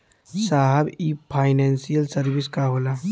साहब इ financial service का होला?